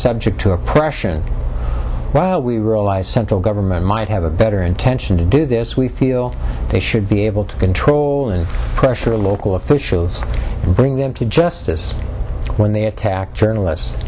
subject to oppression while we rely central government might have a better intention to do this we feel they should be able to control and pressure the local officials and bring them to justice when they attack journalists